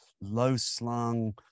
low-slung